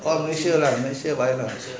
oh malaysia like buy